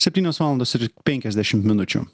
septynios valandos ir penkiasdešimt minučių